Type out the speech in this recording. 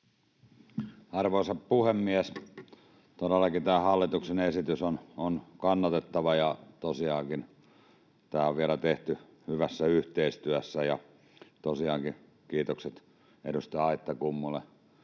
Arvoisa puhemies! Todellakin tämä hallituksen esitys on kannatettava, ja tämä on tosiaankin tehty vielä hyvässä yhteistyössä. Tosiaankin kiitokset edustaja Aittakummulle